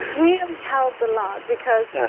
really helped a lot because